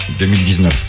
2019